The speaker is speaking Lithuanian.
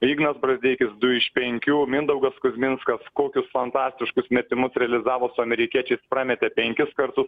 ignas brazdeikis du iš penkių mindaugas kuzminskas kokius fantastiškus metimus realizavo su amerikiečiais prametė penkis kartus